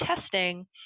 testing